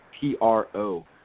P-R-O